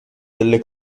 delle